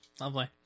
Lovely